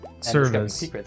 Service